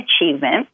Achievement